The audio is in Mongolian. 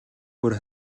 бүр